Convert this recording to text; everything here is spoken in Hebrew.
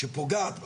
שפוגעת בספורט.